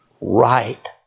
right